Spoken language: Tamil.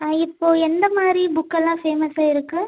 இப்போ எந்தமாதிரி புக்கெல்லாம் ஃபேமஸாக இருக்குது